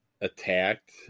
attacked